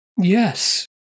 Yes